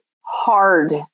hard